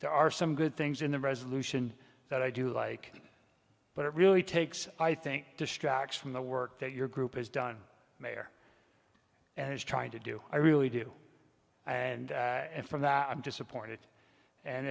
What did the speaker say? there are some good things in the resolution that i do like but it really takes i think distracts from the work that your group has done mayor and is trying to do i really do and from that i'm disappointed and